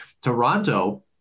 Toronto